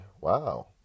wow